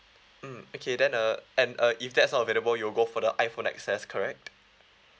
mm okay then uh and uh if that's unavailable you'll go for the iphone X_S correct